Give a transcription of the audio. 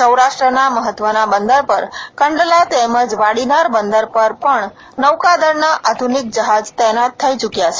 સૌરાષ્ટ્રના મહત્વના બંદર પર કંડલા તેમજ વાડીનાર બંદર પર પણ નૌકાદળના આધ્રુનિક જહાજ તૈનાત થઇ ચૂક્યા છે